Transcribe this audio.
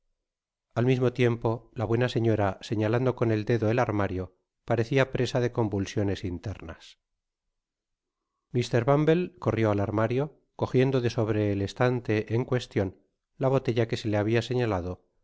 al mismo tiempo la buena señora señalando con el dedo el armario parecia presa de convulsiones internas mr bumble corrió al armario cojiendo de sobre el estante en cuestion la botella quede le habia señalado